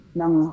ng